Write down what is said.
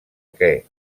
que